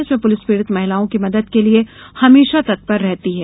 इसमें पुलिस पीड़ित महिलाओं की मदद के लिये हमेंशा तत्पर रहती हैं